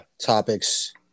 topics